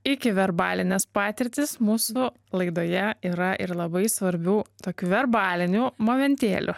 iki verbalines patirtis mūsų laidoje yra ir labai svarbių tokių verbalinių momentėlių